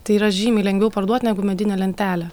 tai yra žymiai lengviau parduot negu medinę lentelę